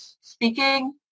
speaking